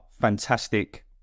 fantastic